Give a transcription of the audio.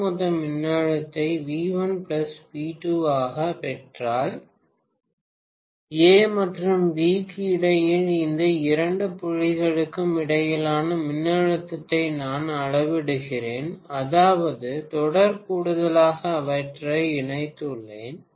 ஒட்டுமொத்த மின்னழுத்தத்தை V1 V2 ஆகப் பெற்றால் A மற்றும் B க்கு இடையில் இந்த இரண்டு புள்ளிகளுக்கும் இடையிலான மின்னழுத்தத்தை நான் அளவிடுகிறேன் அதாவது தொடர் கூடுதலாக அவற்றை இணைத்துள்ளேன்